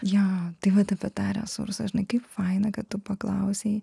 jo tai vat apie tą resursą žinai kaip faina kad tu paklausei